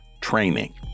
training